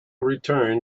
return